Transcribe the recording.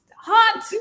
hot